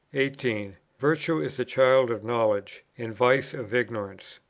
eighteen. virtue is the child of knowledge, and vice of ignorance.